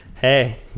hey